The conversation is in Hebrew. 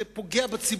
זה פוגע בציבור.